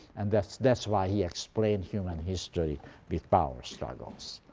and that's that's why he explained human history with power struggles.